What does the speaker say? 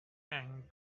and